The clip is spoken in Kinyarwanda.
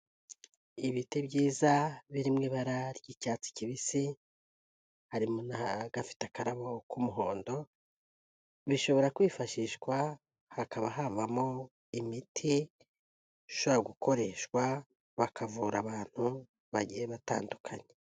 Ibiti byiza, biri mu ibara ry'icyatsi kibisi, harimo n'agafite akarabo k'umuhondo, bishobora kwifashishwa hakaba havamo imiti ishobora gukoreshwa, bakavura abantu bagiye batandukanye.